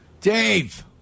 Dave